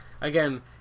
Again